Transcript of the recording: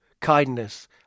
kindness